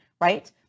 right